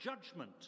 judgment